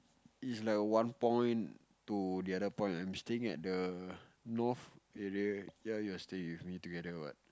it's like one point to the other point I'm staying at the North area ya you're staying with me together what